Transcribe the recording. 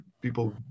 people